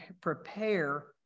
prepare